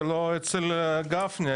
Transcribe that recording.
ולא אצל גפני,